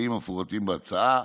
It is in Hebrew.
לתנאים המפורטים בהצעה.